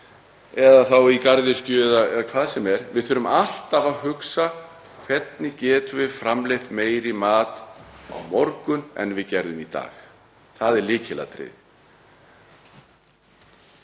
eða garðyrkja eða hvað sem er. Við þurfum alltaf að hugsa: Hvernig getum við framleitt meiri mat á morgun en við gerðum í dag? Það er lykilatriði.